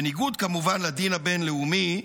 בניגוד כמובן לדין הבין-לאומי,